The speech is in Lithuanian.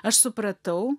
aš supratau